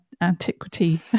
antiquity